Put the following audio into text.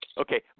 okay